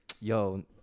yo